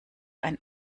ein